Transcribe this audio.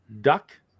Duck